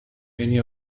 many